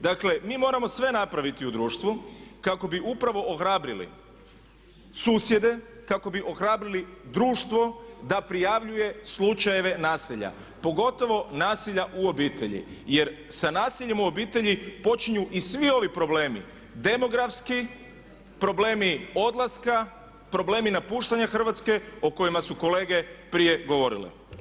Dakle mi moramo sve napraviti u društvu kako bi upravo ohrabrili susjede, kako bi ohrabrili društvo da prijavljuje slučajeve nasilja, pogotovo nasilja u obitelji jer sa nasiljem u obitelji počinju i svi ovi problemi, demografski, problemi odlaska, problemi napuštanja Hrvatske o kojima su kolege prije govorile.